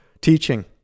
teaching